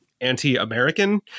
Anti-American